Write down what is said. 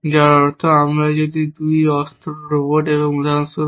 যার অর্থ আমরা যদি 2 অস্ত্র রোবট উদাহরণস্বরূপ